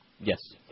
Yes